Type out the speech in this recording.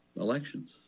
elections